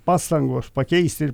pastangos pakeisti ir